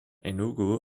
enugu